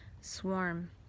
swarm